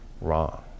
wrong